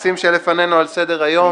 הנושאים שלפנינו על סדר-היום: